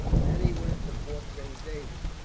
then he went to fort saint david,